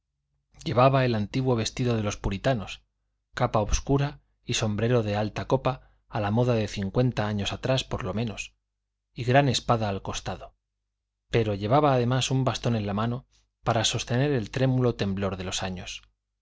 llevaba el antiguo vestido de los puritanos capa obscura y sombrero de alta copa a la moda de cincuenta años atrás por lo menos y gran espada al costado pero llevaba además un bastón en la mano para sostener el trémulo temblor de los años